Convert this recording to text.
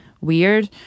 weird